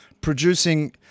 producing